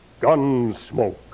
Gunsmoke